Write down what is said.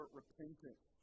repentance